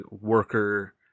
worker